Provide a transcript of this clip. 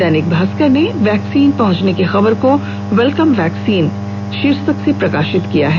दैनिक भास्कर ने वैक्सीन पहुंचने की खबर को वेलकम वैक्सीन शीर्षक से प्रकाशित किया है